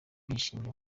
bishimye